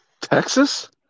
Texas